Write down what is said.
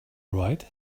right